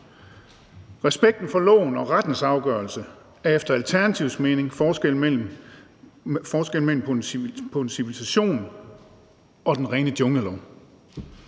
Respekten for loven og rettens afgørelse er efter Alternativets mening forskellen mellem en civilisation og den rene junglelov.